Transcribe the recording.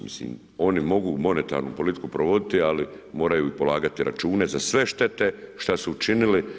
Mislim, oni mogu monetarnu politiku provoditi ali moraju i polagati račune za sve štete šta su učinili.